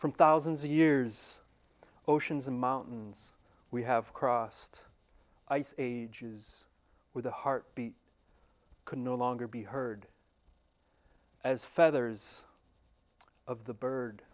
from thousands of years oceans and mountains we have crossed ice ages with a heartbeat could no longer be heard as feathers of the bird